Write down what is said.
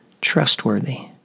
trustworthy